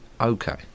okay